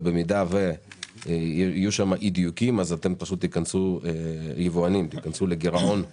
כשבמידה ויהיו שם אי דיוקים היבואנים ייכנסו לגרעון מיסויי.